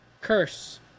curse